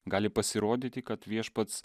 gali pasirodyti kad viešpats